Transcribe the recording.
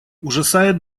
ужасает